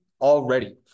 already